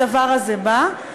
הדבר הזה בא,